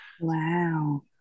Wow